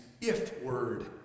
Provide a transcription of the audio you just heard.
if-word